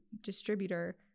distributor